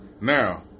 Now